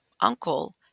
uncle